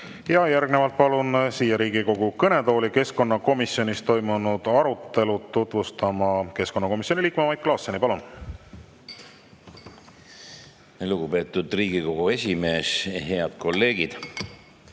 Järgnevalt palun siia Riigikogu kõnetooli keskkonnakomisjonis toimunud arutelu tutvustama keskkonnakomisjoni liikme Mait Klaasseni. Palun! Lugupeetud Riigikogu esimees! Head kolleegid!